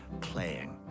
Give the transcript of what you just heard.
playing